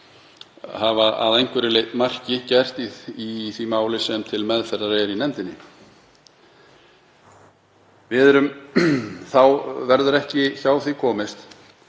hafa að einhverju marki gert í því máli sem til meðferðar er fyrir nefndinni. Þá verður ekki hjá því komist